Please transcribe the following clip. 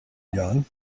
young